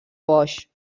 boix